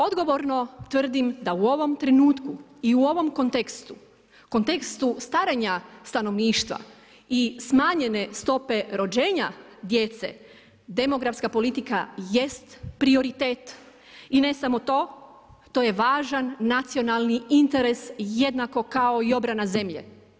Odgovorno tvrdim da u ovom trenutku i u ovom kontekstu, kontekstu starenja stanovništva i smanjene stope rođenja djece demografska politika jest prioritet i ne samo to, to je važan nacionalni interes jednako kao i obrana zemlje.